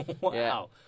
Wow